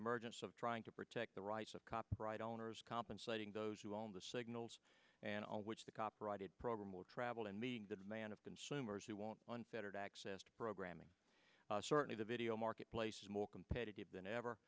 emergence of trying to protect the rights of copyright owners compensating those who own the signals and on which the copyrighted program will travel and meeting the demand of consumers who want unfettered access to programming certainly the video marketplace is more competitive than ever